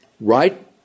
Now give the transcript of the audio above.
Right